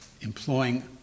employing